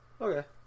Okay